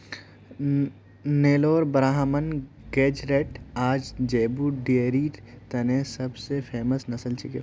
नेलोर ब्राह्मण गेज़रैट आर ज़ेबू डेयरीर तने सब स फेमस नस्ल छिके